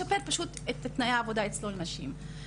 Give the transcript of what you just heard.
לשפר פשוט את תנאי העבודה אצלו לנשים.